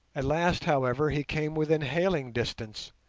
at last, however, he came within hailing distance,